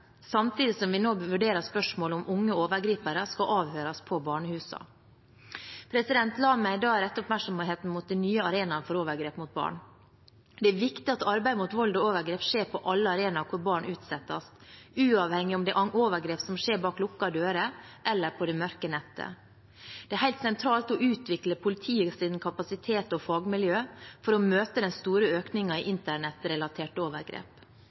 samtidig som vi nå vil vurdere spørsmålet om unge overgripere skal avhøres på barnehusene. La meg da rette oppmerksomheten mot de nye arenaene for overgrep mot barn. Det er viktig at arbeidet mot vold og overgrep skjer på alle arenaer hvor barn utsettes, uavhengig av om det er overgrep som skjer bak lukkede dører, eller om det skjer på det mørke nettet. Det er helt sentralt å utvikle politiets kapasitet og fagmiljø for å møte den store økningen i internettrelaterte overgrep.